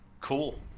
Cool